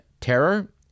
terror